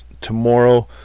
tomorrow